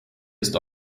ist